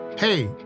Hey